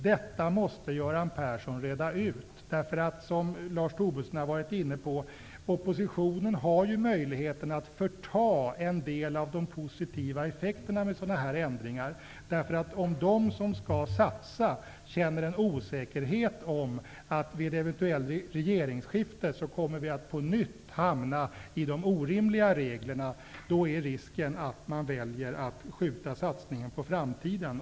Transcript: Detta måste Göran Persson reda ut. Som Lars Tobisson varit inne på har oppositionen möjligheten att förta en del av de positiva effekterna av sådana här ändringar. Om de som skall satsa känner en osäkerhet, grundad på att de vid ett eventuellt regeringsskifte på nytt kan hamna i de nuvarande orimliga reglerna, är risken att man väljer att skjuta satsningarna på framtiden.